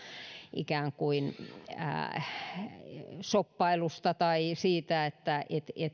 ikään kuin jonkinlaisesta turvapaikkashoppailusta tai siitä että